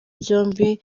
byombi